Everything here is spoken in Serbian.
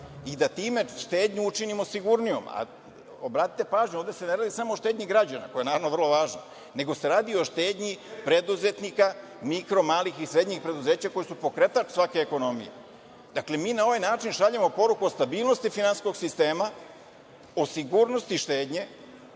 i da time štednju učinimo sigurnijom. Obratite pažnju, ovde se ne radi samo o štednji građana, koja je naravno vrlo važna, nego se radi o štednji preduzetnika, mikro, malih i srednjih preduzeća koja su pokretač svake ekonomije. Dakle, mi na ovaj način šaljemo poruku o stabilnosti finansijskog sistema, o sigurnosti štednje